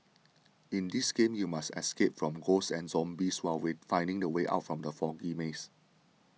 in this game you must escape from ghosts and zombies while finding the way out from the foggy maze